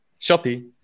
Shopee